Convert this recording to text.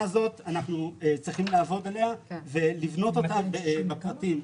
הזאת אנחנו צריכים לעבוד עליה ולבנות אותה בפרטים.